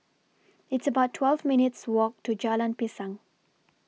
It's about twelve minutes' Walk to Jalan Pisang